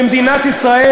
במדינת ישראל?